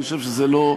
אני חושב שזה לא,